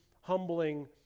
humbling